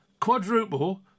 quadruple